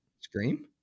Scream